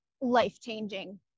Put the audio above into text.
life-changing